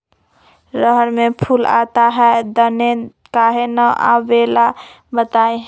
रहर मे फूल आता हैं दने काहे न आबेले बताई?